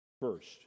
First